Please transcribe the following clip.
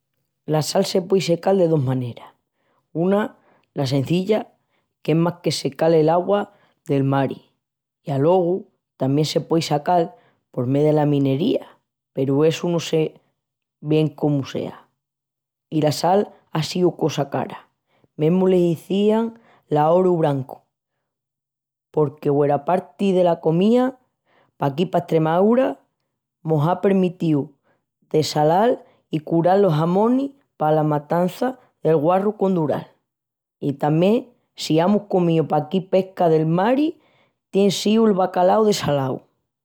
La sal se puei sacal de dos maneras. Una, la cenzilla, qu'es más que secá'l augua del mari. I alogu tamién se puei sacal por mé dela minería peru essu no sé bien cómu sea. I la sal á síu cosa cara. Mesmu l'izían l'oru brancu porque hueraparti dela comía, paquí pa Estremaúra mos á premitíu de salal i cural los jamonis pala matancia'l guarru condural. I tamién si amus comíu paquí pesca del mari tien síu el bacalau dessalau.